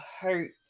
hurt